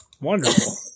Wonderful